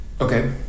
okay